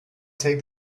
take